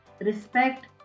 Respect